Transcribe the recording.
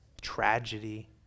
tragedy